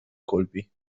colpi